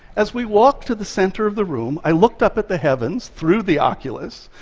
as we walked to the center of the room, i looked up at the heavens through the oculus.